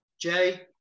Jay